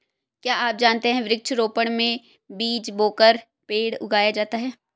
क्या आप जानते है वृक्ष रोपड़ में बीज बोकर पेड़ उगाया जाता है